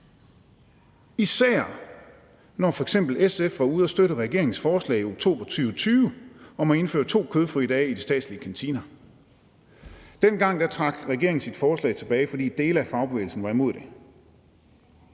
selv om f.eks. SF var ude at støtte regeringens forslag i oktober 2020 om at indføre to kødfrie dage i de statslige kantiner. Dengang trak regeringen sit forslag tilbage, fordi dele af fagbevægelsen var imod det.